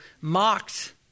mocked